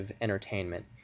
entertainment